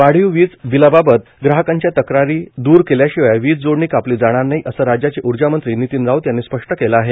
वाढीव वीज बिलाबाबत ग्राहकांच्या तक्रारी द्र केल्याशिवाय वीज जोडणी कापली जाणार नाही असं राज्याचे ऊर्जामंत्री नितीन राऊत यांनी स्पष्ट केलं आहे